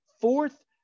fourth